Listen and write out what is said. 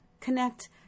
connect